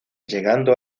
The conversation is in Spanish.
llegando